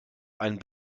einen